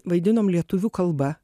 vaidinom lietuvių kalba